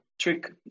trick